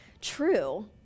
true